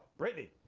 brittany.